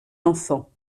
enfants